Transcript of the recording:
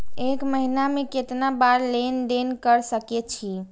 एक महीना में केतना बार लेन देन कर सके छी?